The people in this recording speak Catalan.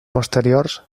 posteriors